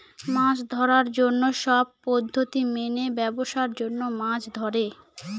মাছ ধরার জন্য সব পদ্ধতি মেনে ব্যাবসার জন্য মাছ ধরে